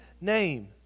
name